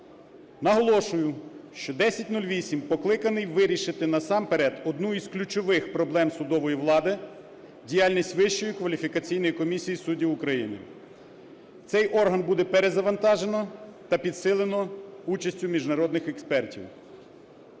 Наголошую, що 1008 покликаний вирішити насамперед одну із ключових проблем судової влади – діяльність Вищої кваліфікаційної комісії суддів України. Цей орган буде перезавантажено та підсилено участю міжнародних експертів.